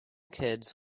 kids